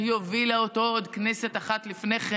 שהובילה אותו עוד כנסת אחת לפני כן,